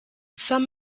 some